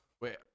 wait